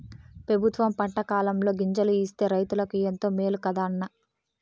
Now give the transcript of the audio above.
పెబుత్వం పంటకాలంలో గింజలు ఇస్తే రైతులకు ఎంతో మేలు కదా అన్న